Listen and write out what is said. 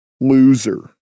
loser